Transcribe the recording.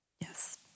Yes